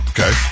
Okay